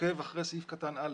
עוקב אחרי סעיף קטן (א).